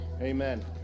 amen